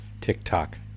TikTok